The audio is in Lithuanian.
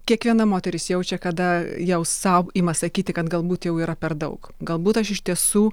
kiekviena moteris jaučia kada jau sau ima sakyti kad galbūt jau yra per daug galbūt aš iš tiesų